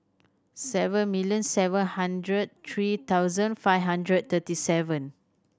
seven million seven hundred three thousand five hundred thirty seven